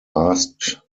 asked